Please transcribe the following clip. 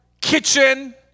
kitchen